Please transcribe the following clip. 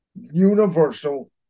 Universal